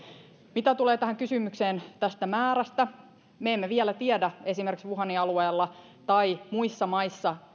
mitä tulee kysymykseen tästä määrästä me emme vielä tiedä millä tavalla esimerkiksi wuhanin alueella tai muissa maissa